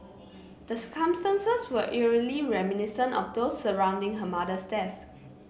the circumstances were eerily reminiscent of those surrounding her mother's death